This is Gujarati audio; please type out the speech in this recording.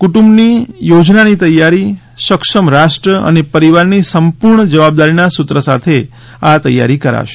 કુંટુંબની યોજનાની તૈયારી સક્ષમ રાષ્ટ્ર અને પરિવારની સંપૂર્ણ જવાબદારીનાં સૂત્ર સાથે કરવામાં આવશે